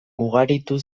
ugaritu